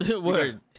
Word